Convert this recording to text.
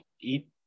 eat